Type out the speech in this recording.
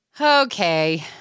Okay